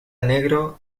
negro